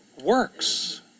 works